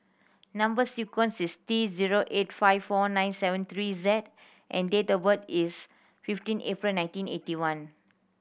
number sequence is T zero eight five four nine seven three Z and date of birth is fifteen April nineteen eighty one